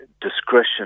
discretion